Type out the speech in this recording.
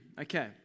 Okay